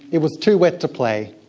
it was too wet to play.